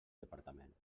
departament